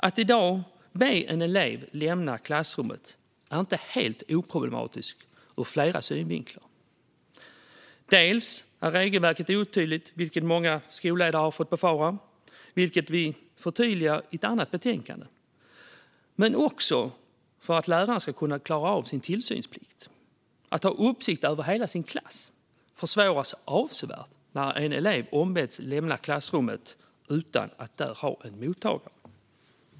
Att i dag be en elev lämna klassrummet är inte helt oproblematiskt ur flera synvinklar. Dels är regelverket otydligt, vilket många skolledare har fått erfara - detta förtydligar vi i ett annat betänkande - dels ska läraren kunna uppfylla sin tillsynsplikt. Möjligheten att ha uppsikt över en hel klass försvåras avsevärt när en elev ombeds lämna klassrummet utan att där ha en mottagare.